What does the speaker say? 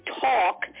talk